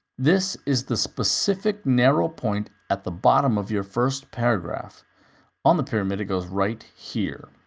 this is the specific, narrow point at the bottom of your first paragraph on the pyramid, it goes right here.